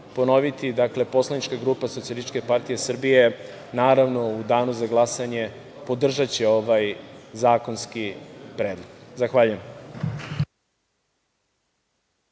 ponoviti, Poslanička grupa Socijalističke partije Srbije, naravno, u danu za glasanje podržaće ovaj zakonski predlog. Zahvaljujem.